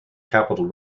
capitol